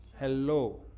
Hello